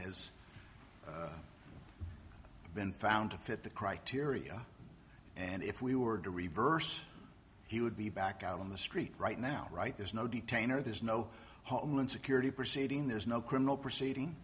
is been found to fit the criteria and if we were to reverse he would be back out on the street right now right there's no detain or there's no security proceeding there's no criminal proceeding